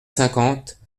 cinquante